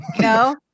No